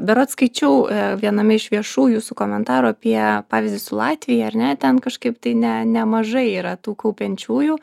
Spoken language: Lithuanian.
berods skaičiau viename iš viešų jūsų komentarų apie pavyzdį su latvija ar ne ten kažkaip tai ne nemažai yra tų kaupiančiųjų